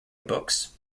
books